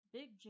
Big